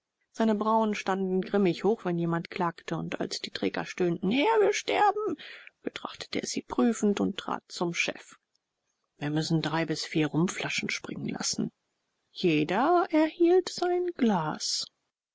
seine brauen standen grimmig hoch wenn jemand klagte und als die träger stöhnten herr wir sterben betrachtete er sie prüfend und trat zum chef wir müssen drei bis vier rumflaschen springen lassen jeder erhielt sein glas